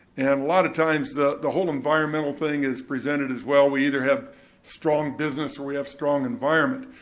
and a lot of times, the the whole environmental thing is presented as well, we either have strong business or we have strong environment.